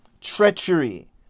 treachery